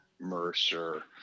Mercer